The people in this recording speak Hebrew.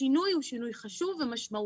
השינוי הוא שינוי חשוב ומשמעותי.